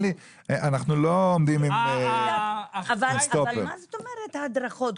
מה זאת אומרת הדרכות?